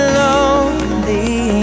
lonely